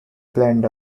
planned